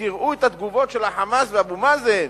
ראו את התגובות של "חמאס" ואבו מאזן,